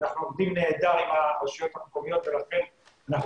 אנחנו עובדים נהדר עם הרשויות המקומיות ולכן אנחנו